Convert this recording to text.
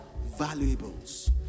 Valuables